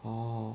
oh